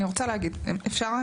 אני רוצה להגיד, אפשר?